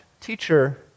Teacher